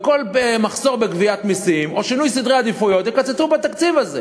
בכל מחסור בגביית מסים או שינוי סדרי עדיפויות יקצצו בתקציב הזה.